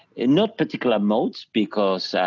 in not particular modes because,